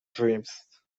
dreams